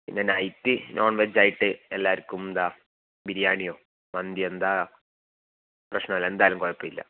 പിന്നെ night non veg ആയിട്ട് എല്ലാവർക്കും എന്താ ബിരിയാണിയോ മന്തിയോ എന്താ പ്രശ്നമില്ല എന്തായാലും കൊഴപ്പമില്ല